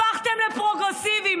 הפכתם לפרוגרסיביים.